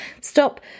Stop